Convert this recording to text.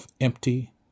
empty